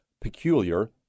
peculiar